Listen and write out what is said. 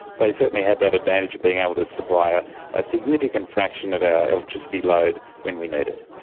they certainly have that advantage of being able to supply a ah significant fraction of our electricity load when we need it.